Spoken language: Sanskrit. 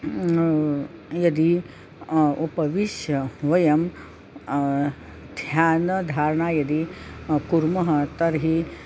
यदि उपविश्य वयं ध्यानं धारणं यदि कुर्मः तर्हि